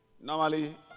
Normally